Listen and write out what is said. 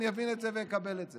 אני אבין את זה ואקבל את זה,